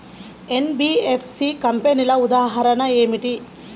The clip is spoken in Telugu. ఎన్.బీ.ఎఫ్.సి కంపెనీల ఉదాహరణ ఏమిటి?